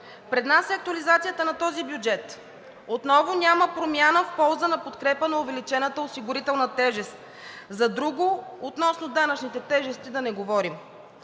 Пред нас е актуализацията на този бюджет – отново няма промяна в полза на подкрепа на увеличената осигурителна тежест. За друго относно данъчните тежести, да не говорим.